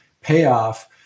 payoff